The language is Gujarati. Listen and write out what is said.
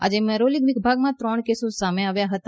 આજે મરોલી વિભાગના ત્રણ કેસો સામે આવ્યા હતા